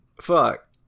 Fuck